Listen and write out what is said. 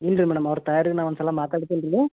ಇಲ್ರಿ ಮೇಡಮ್ ಅವ್ರ ತಾಯಾರಿಗೆ ನಾನು ಒಂದು ಸಲ ಮಾತಾಡ್ತೇನೆ ರೀ